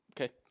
Okay